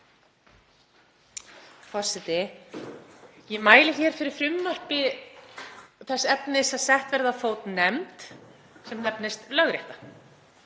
Forseti. Ég mæli fyrir frumvarpi þess efnis að sett verði á fót nefnd sem nefnist Lögrétta.